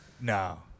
No